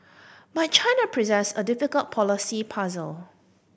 but China presents a difficult policy puzzle